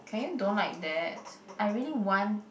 can you don't like that I really want